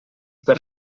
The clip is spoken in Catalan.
per